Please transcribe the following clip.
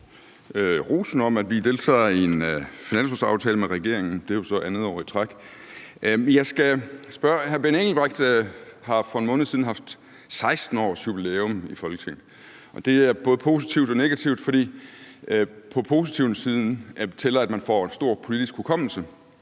rosen om, at vi deltager i en finanslovsaftale med regeringen. Det er jo så andet år i træk. Hr. Benny Engelbrecht har for en måned siden haft 16-årsjubilæum i Folketinget, og det er både positivt og negativt. På positivsiden tæller det, at man får stor politisk hukommelse,